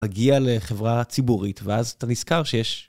מהגיע לחברה ציבורית, ואז אתה נזכר שיש...